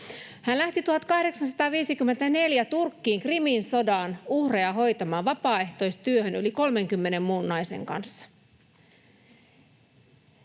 Hän lähti 1854 Turkkiin Krimin sodan uhreja hoitamaan, vapaaehtoistyöhön, yli 30 muun naisen kanssa.